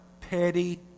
petty